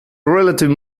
relative